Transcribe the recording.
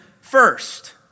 first